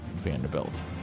Vanderbilt